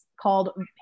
called